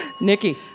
Nikki